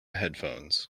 headphones